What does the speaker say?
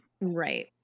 Right